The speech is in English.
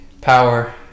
Power